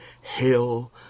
hell